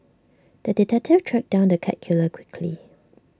the detective tracked down the cat killer quickly